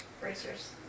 Bracers